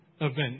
event